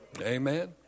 Amen